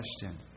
question